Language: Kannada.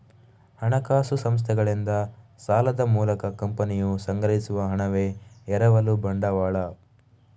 ಹಣಕಾಸು ಸಂಸ್ಥೆಗಳಿಂದ ಸಾಲದ ಮೂಲಕ ಕಂಪನಿಯು ಸಂಗ್ರಹಿಸುವ ಹಣವೇ ಎರವಲು ಬಂಡವಾಳ